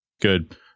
Good